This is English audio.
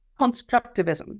constructivism